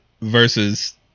versus